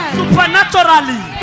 supernaturally